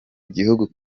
gihugu